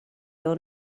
your